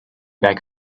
back